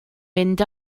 mynd